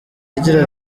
agira